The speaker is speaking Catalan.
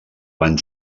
van